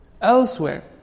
elsewhere